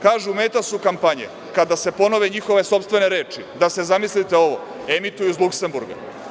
Kažu, meta su kampanje, kada se ponove njihove sopstvene reči da se, zamislite ovo, emituju iz Luksemburga.